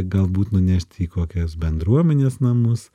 galbūt nunešti į kokias bendruomenės namus